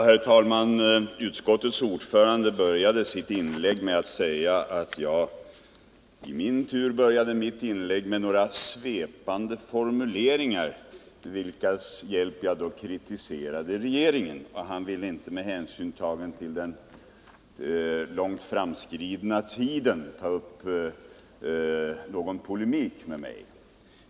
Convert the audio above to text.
Herr talman! Utskottets ordförande började sitt inlägg med att säga att jag i min tur började mitt inlägg med några svepande formuleringar, med vilkas hjälp jag kritiserade regeringen. Utskottets ordförande vill inte med hänsyn till den långt framskridna tiden ta upp någon polemik med mig.